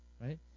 right